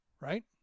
Right